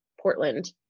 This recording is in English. Portland